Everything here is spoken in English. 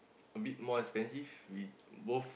a bit more expensive we both